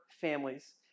families